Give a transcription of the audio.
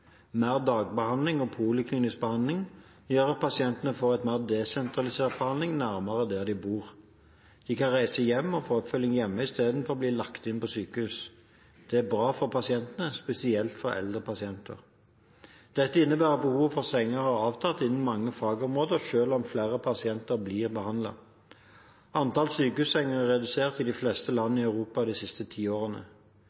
Mer dagbehandling og poliklinisk behandling gjør at pasientene får en mer desentralisert behandling nærmere der de bor. De kan reise hjem og få oppfølging hjemme i stedet for å bli lagt inn på sykehus. Det er bra for pasientene – spesielt for eldre pasienter. Dette innebærer at behovet for senger har avtatt innen mange fagområder selv om flere pasienter blir behandlet. Antall sykehussenger er redusert i de fleste land